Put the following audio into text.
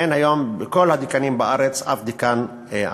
אין היום בקרב כל הדיקנים בארץ אף דיקן ערבי.